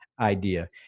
idea